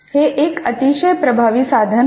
हे एक अतिशय प्रभावी साधन आहे